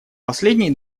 последние